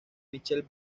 michelle